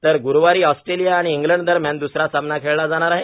तर ग्रुवारी ऑस्ट्रेलिया आणि इंग्लंड दरम्यान दुसरा सामना खेळला जाणार आहे